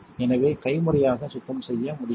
எனவே கைமுறையாக சுத்தம் செய்ய முடியுமா